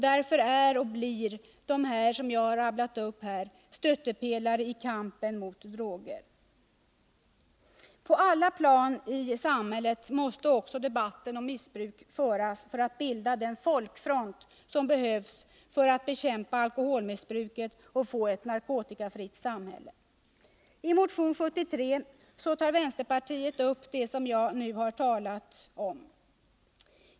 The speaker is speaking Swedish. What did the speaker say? Därför är och blir de faktorer som jag här räknat upp stöttepelare i kampen mot droger. På alla plan i samhället måste också debatten om missbruk föras för att man skall kunna bilda den folkfront som behövs för att bekämpa alkoholmissbruket och få ett narkotikafritt samhälle. I motion 73 tar vänsterpartiet kommunisterna upp det som jag nu har talat om.